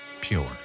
Pure